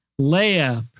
Leia